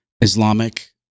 Islamic